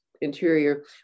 interior